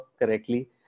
correctly